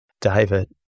David